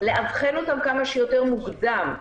לאבחן אותם כמה שיותר מוקדם,